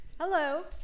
Hello